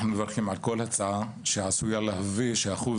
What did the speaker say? אנו מברכים על כל הצעה שיכולה להביא גם אחוז